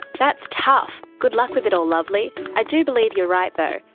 that's tough! good luck with it all lovely. i do believe you are right though.